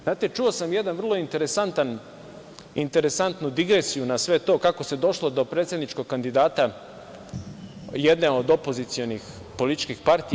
Znate, čuo sam jednu vrlo interesantnu digresiju na sve to kako se došlo do predsedničkog kandidata jedne od opozicionih političkih partija.